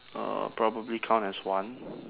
uh probably count as one